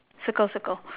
circle circle